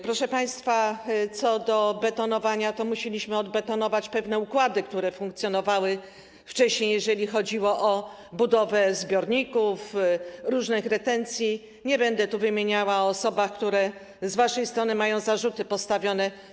Proszę państwa, co do betonowania, to musieliśmy odbetonować pewne układy, które funkcjonowały wcześniej, jeśli chodzi o budowę zbiorników różnych retencji; nie będę tu wymieniała osób z waszej strony, które mają zarzuty postawione.